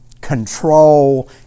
control